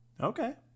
Okay